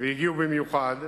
והגיעו במיוחד,